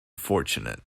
fortunate